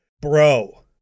bro